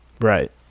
Right